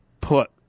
put